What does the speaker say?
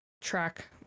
track